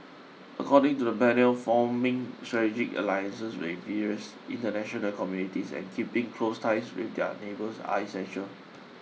according to the panel forming strategic alliances with various international communities and keeping close ties with their neighbours are essential